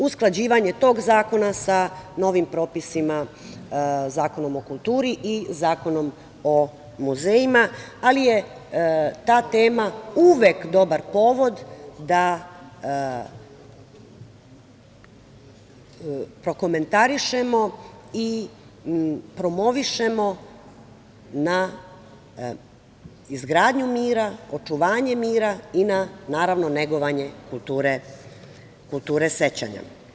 Usklađivanje tog zakona sa novim propisima Zakonom o kulturi i Zakonom o muzejima, ali je ta tema uvek dobar povod da prokomentarišemo i promovišemo izgradnju mira, očuvanje mira i na negovanje kulture sećanja.